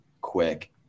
quick